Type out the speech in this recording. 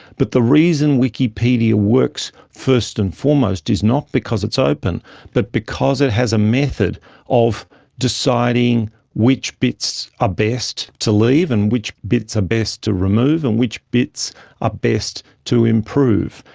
but the reason wikipedia works, first and foremost, is not because it's open but because it has a method of deciding which bits are best to leave and which bits are best to remove and which bits are best to improve.